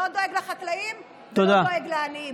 לא דואג לחקלאים ולא דואג לעניים.